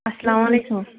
اَلسلامُ علیکُم